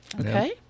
okay